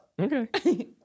okay